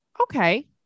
okay